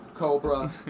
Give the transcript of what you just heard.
Cobra